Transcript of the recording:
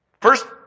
First